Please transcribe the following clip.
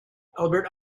albert